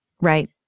Right